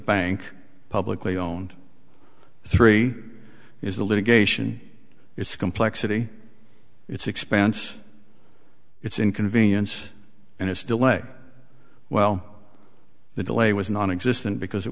bank publicly owned three is the litigation its complexity its expense its inconvenience and its delay well the delay was nonexistent because it